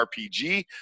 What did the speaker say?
RPG